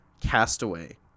castaway